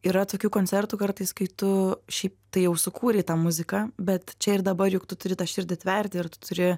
yra tokių koncertų kartais kai tu šiaip tai jau sukūrei tą muziką bet čia ir dabar juk tu turi tą širdį tverti ir tu turi